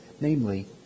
namely